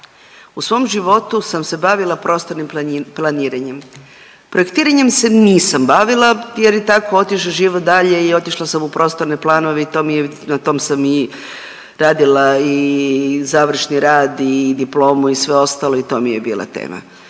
U svom životu sam se bavila prostornim planiranjem, projektiranjem se nisam bavila jer je tako otišao život dalje i otišla sam u prostorne planove i na tom sam i radila i završni rad i diplomu i sve ostalo i to mi je bila tema.